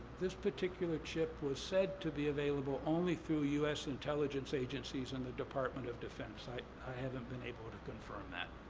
this particular chip was said to be available only through u s. intelligence agencies in the department of defense. i i haven't been able to confirm that.